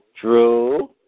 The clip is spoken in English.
True